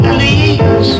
Please